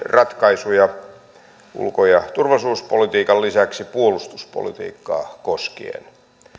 ratkaisuja ulko ja turvallisuuspolitiikan lisäksi myöskin puolustuspolitiikkaa koskien